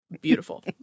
beautiful